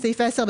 בסעיף 10,